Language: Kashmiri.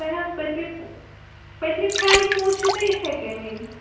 تۄہہ أس پٔتمہِ پٔتمہِ فینٕکۍ پونسہٕ چھو تۄہہ اَتھے کَنۍ وٕنہِ